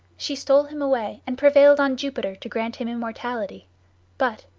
she stole him away, and prevailed on jupiter to grant him immortality but,